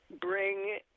bring